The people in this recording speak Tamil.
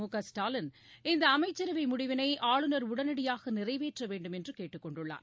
முகஸ்டாலின் இந்த அமைச்சரவை முடிவினை ஆஞநர் உடனடியாக நிறைவேற்ற வேண்டுமென்று கேட்டுக் கொண்டுள்ளார்